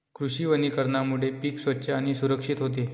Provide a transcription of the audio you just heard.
कृषी वनीकरणामुळे पीक स्वच्छ आणि सुरक्षित होते